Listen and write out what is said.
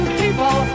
people